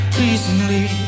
recently